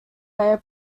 layer